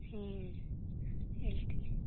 ಹೇಳ್ತೀನಿ